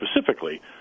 specifically